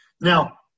Now